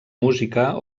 música